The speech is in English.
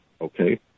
okay